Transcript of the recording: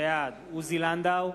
בעד עוזי לנדאו,